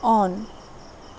on